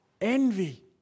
envy